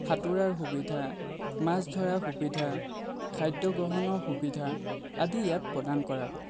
সাতোঁৰাৰ সুবিধা মাছ ধৰাৰ সুবিধা খাদ্য গ্ৰহণৰ সুবিধা আদি ইয়াত প্ৰদান কৰা হয়